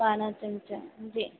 ॿारहं चम्चा जी